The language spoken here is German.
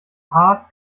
haas